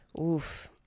oof